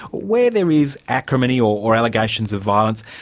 where there is acrimony or or allegations of violence,